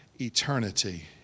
eternity